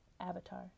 avatar